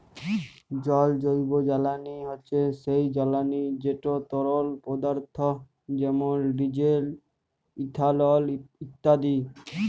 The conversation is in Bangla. জল জৈবজ্বালানি হছে সেই জ্বালানি যেট তরল পদাথ্থ যেমল ডিজেল, ইথালল ইত্যাদি